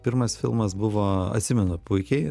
pirmas filmas buvo atsimenu puikiai